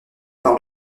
par